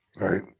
Right